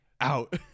out